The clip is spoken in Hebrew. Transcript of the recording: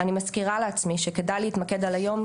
אני מזכירה לעצמי שכדאי להתמקד על היום,